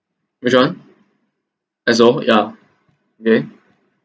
which one as so yeah okay